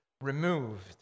removed